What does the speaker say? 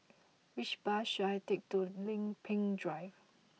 which bus should I take to Lempeng Drive